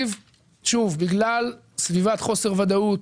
בגלל סביבה של חוסר ודאות,